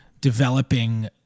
developing